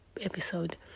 episode